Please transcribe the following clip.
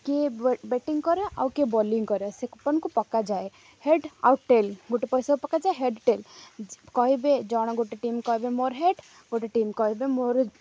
କିଏ ବେଟିଂ କରେ ଆଉ କିଏ ବୋଲିଂ କରେ ସେ କୁପନ୍କୁ ପକାଯାଏ ହେଡ଼୍ ଆଉ ଟେଲ୍ ଗୋଟେ ପଇସା ପକାଯାଏ ହେଡ଼୍ ଟେଲ୍ କହିବେ ଜଣ ଗୋଟେ ଟିମ୍ କହିବେ ମୋର ହେଡ଼୍ ଗୋଟେ ଟିମ୍ କହିବେ ମୋର